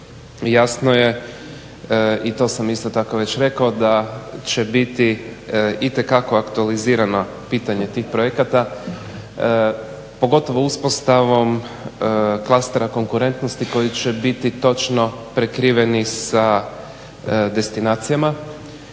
Jasno je, i to sam isto tako već rekao, da će biti itekako aktualizirano pitanje tih projekata pogotovo uspostavom klastera konkurentnosti koji će biti točno prekriveni sa destinacijama